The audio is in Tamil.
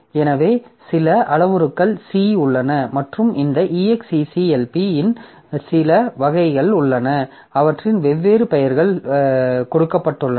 எனவே சில அளவுரு c உள்ளன மற்றும் இந்த exec v இன் சில வகைகள் உள்ளன அவற்றுக்கு வெவ்வேறு பெயர்கள் கொடுக்கப்பட்டுள்ளன